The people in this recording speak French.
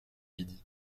midi